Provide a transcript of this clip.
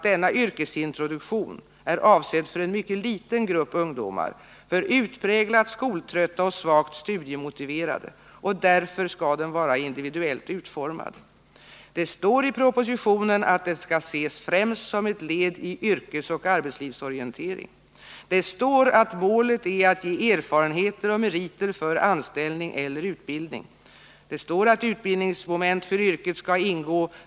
Denna yrkesintroduktion är dock avsedd för en mycket liten grupp ungdomar som är utpräglat skoltrötta och svagt studiemotiverade. Därför skall den vara individuellt utformad. Det står i propositionen att den skall ses främst som ett led i yrkesoch arbetslivsorientering. Det står att målet är att ge erfarenheter och meriter för anställning eller utbildning. Det står att utbildningsmoment för yrket skall ingå.